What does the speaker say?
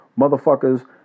motherfuckers